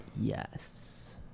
yes